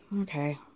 Okay